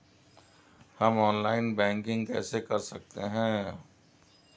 हम online banking कैसे कर सकते हैं?